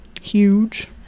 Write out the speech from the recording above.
Huge